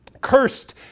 cursed